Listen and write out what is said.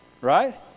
Right